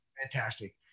Fantastic